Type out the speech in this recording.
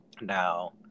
Now